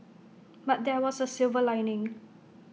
but there was A silver lining